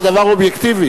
זה דבר אובייקטיבי.